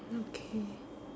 okay